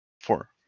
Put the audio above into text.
Four